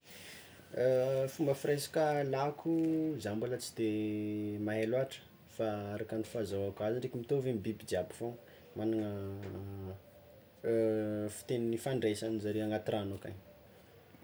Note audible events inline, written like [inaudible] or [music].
[hesitation] Fomba firesaka lako, za mbala tsy de mahay loàtra fa araka ny fahazaoko azy ndraiky mitovy amin'ny biby jiaby fôgna magnagna [hesitation] fiteniny ifandraisanjare agnaty ragno akagny.